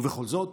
ובכל זאת